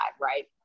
right